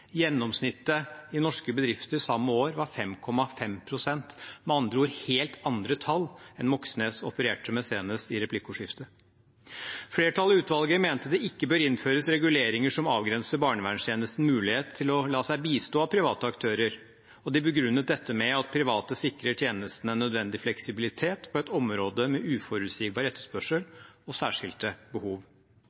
Gjennomsnittet i norske bedrifter samme år var 5,5 pst. – med andre ord helt andre tall enn Moxnes opererte med senest i replikkordskiftet. Flertallet i utvalget mente det ikke bør innføres reguleringer som avgrenser barnevernstjenestens mulighet til å la seg bistå av private aktører, og de begrunnet dette med at private sikrer tjenesten en nødvendig fleksibilitet på et område med uforutsigbar etterspørsel og særskilte behov.